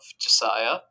Josiah